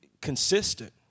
consistent